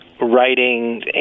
writing